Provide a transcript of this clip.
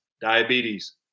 diabetes